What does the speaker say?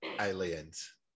aliens